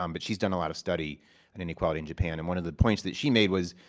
um but she's done a lot of study and in equality in japan. and one of the points that she made was,